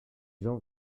gens